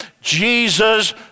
Jesus